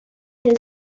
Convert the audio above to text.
his